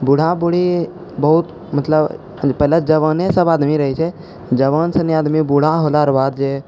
बूढ़ा बूढ़ी बहुत मतलब पहिले जवानेसब आदमी रहै छै जवानसँ आदमी बूढ़ा होलार बाद जे